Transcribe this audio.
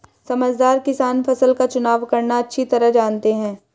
समझदार किसान फसल का चुनाव करना अच्छी तरह जानते हैं